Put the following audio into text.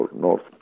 North